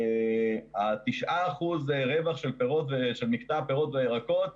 ה-9 אחוזים רווח של מקטע הפירות והירקות,